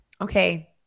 Okay